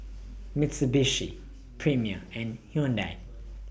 Mitsubishi Premier and Hyundai